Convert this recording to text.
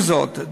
עם זאת,